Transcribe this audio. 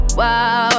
wow